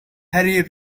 harry